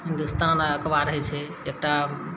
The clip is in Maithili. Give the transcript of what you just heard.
हिन्दुस्तान आओर अखबार होइ छै एकटा